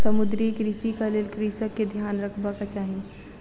समुद्रीय कृषिक लेल कृषक के ध्यान रखबाक चाही